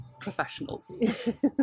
professionals